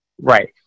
Right